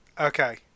Okay